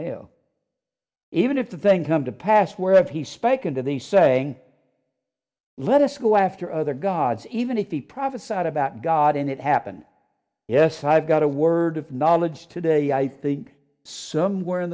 w even if the thing come to pass where has he spoken to the saying let us go after other gods even if he prophesied about god and it happened yes i've got a word of knowledge today i think somewhere in